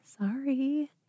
Sorry